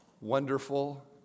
wonderful